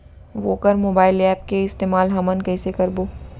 वोकर mobile app के इस्तेमाल हमन कइसे करबो?